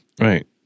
Right